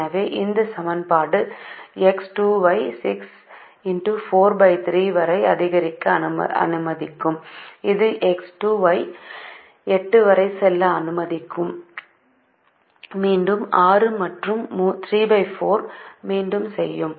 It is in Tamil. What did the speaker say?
எனவே இந்த சமன்பாடு X 2 ஐ 6 43 வரை அதிகரிக்க அனுமதிக்கும் இது X 2 ஐ 8 வரை செல்ல அனுமதிக்கும் மீண்டும் 6 மற்றும் 34 ஐ மீண்டும் செய்யும்